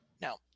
No